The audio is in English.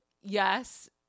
yes